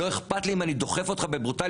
לא אכפת לי אם אני דוחף אותך בברוטאליות,